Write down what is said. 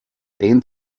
den